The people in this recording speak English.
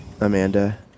Amanda